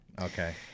okay